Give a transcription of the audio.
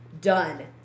Done